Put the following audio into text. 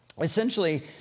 Essentially